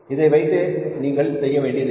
இதை வைத்து நீங்கள் செய்ய வேண்டியது என்ன